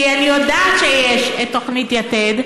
כי אני יודעת שיש תוכנית יתד,